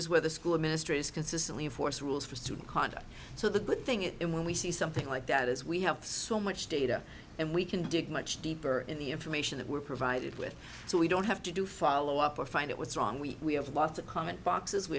is where the school administrators consistently enforce rules for student conduct so the good thing it when we see something like that is we have so much data and we can dig much deeper in the information that were provided with so we don't have to do follow up or find it was wrong we have lost the comment boxes we